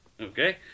Okay